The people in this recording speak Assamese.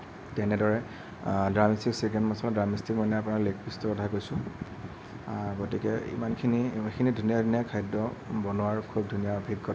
তেনেদৰে ড্ৰামষ্টিক চিকেন ড্ৰামষ্টিকটো মানে আপোনাৰ লেগ পিছটোৰ কথা কৈছোঁ গতিকে ইমানখিনি এইখিনি ধুনীয়া ধুনীয়া খাদ্য বনোৱাৰ খুব ধুনীয়া অভিজ্ঞতা